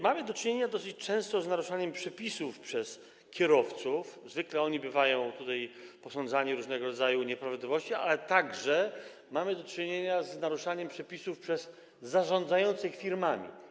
Mamy do czynienia dosyć często z naruszaniem przepisów przez kierowców, zwykle oni bywają posądzani o różnego rodzaju nieprawidłowości, ale także mamy do czynienia z naruszaniem przepisów przez zarządzających firmami.